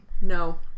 No